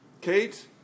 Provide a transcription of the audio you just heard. Kate